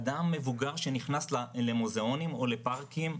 אדם מבוגר שנכנס למוזיאונים או לפארקים,